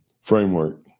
framework